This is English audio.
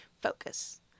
Focus